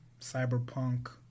cyberpunk